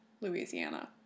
Louisiana